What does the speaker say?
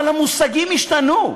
אבל המושגים השתנו.